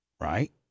Right